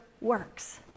works